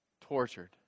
tortured